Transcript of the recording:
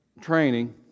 training